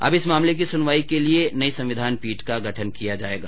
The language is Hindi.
अब इस मामले की सुनवाई के लिये नई संविधान पीठ का गठन किया जायेगा